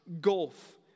gulf